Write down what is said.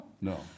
No